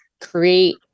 create